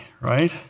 right